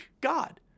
God